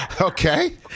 Okay